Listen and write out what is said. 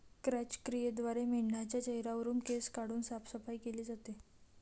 क्रॅच क्रियेद्वारे मेंढाच्या चेहऱ्यावरुन केस काढून साफसफाई केली जाते